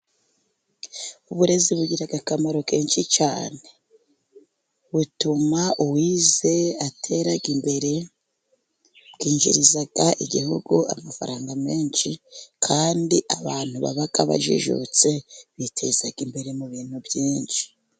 Uburezi bugira akamaro kenshi cyane. Butuma uwize atera imbere，bwinjiriza igihugu amafaranga menshi，kandi abantu baba bajijutse， biteza imbere mu bintu byinshi.